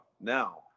Now